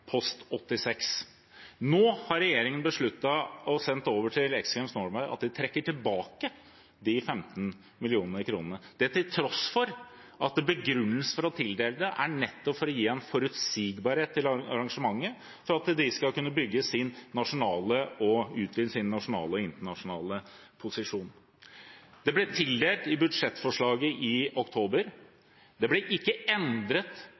post 86. Nå har regjeringen besluttet, og sendt over til X Games Norway, at de trekker tilbake de 15 mill. kr – det til tross for at begrunnelsen for tildelingen er nettopp å gi en forutsigbarhet til arrangementet, for at de skal kunne bygge sin nasjonale og utvide sin nasjonale og internasjonale posisjon. Det ble tildelt i budsjettforslaget i oktober. Det ble ikke endret